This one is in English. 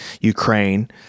Ukraine